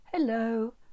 Hello